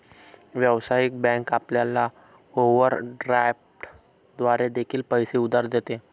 व्यावसायिक बँक आपल्याला ओव्हरड्राफ्ट द्वारे देखील पैसे उधार देते